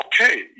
okay